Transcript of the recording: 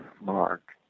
Mark